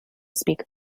speak